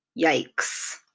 Yikes